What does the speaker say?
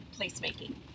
placemaking